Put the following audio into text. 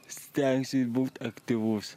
stengsiu būt aktyvus